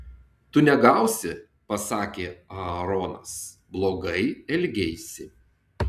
tu negausi pasakė aaronas blogai elgeisi